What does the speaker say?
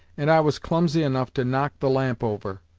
and i was clumsy enough to knock the lamp over